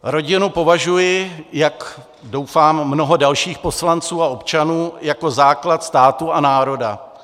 Rodinu považuji, jak doufám i mnoho další poslanců a občanů, jako základ státu a národa.